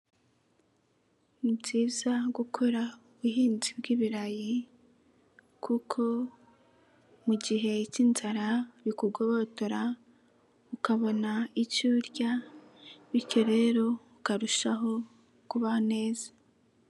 Ni byiza gukora ubuhinzi bw'ibirayi kuko mu gihe k'inzara bikugobotora ukabona icyo urya bityo rero ukarushaho kubaho neza.